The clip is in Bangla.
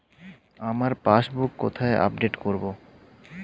আমার পাসবুক কোথায় আপডেট করব?